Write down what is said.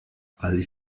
ali